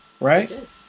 right